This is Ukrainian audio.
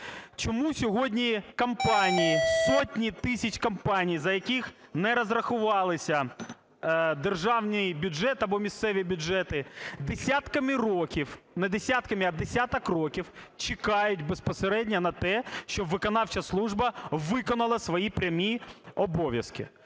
Чому сьогодні компанії, сотні тисяч компаній, за яких не розрахувалися державний бюджет або місцеві бюджети, десятками років, не десятками, а десяток років чекають безпосередньо на те, щоб виконавча служба виконала свої прямі обов'язки?